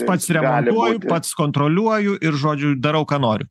pats remontuoju pats kontroliuoju ir žodžiu darau ką noriu